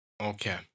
okay